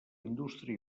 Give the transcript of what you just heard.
indústria